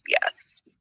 Yes